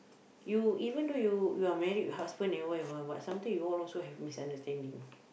you even though you you're married with husband and wife ah but sometimes you all also have misunderstanding